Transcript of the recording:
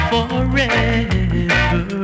Forever